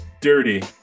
dirty